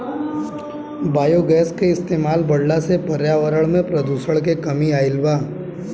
biogas के इस्तमाल बढ़ला से पर्यावरण में प्रदुषण में कमी आइल बा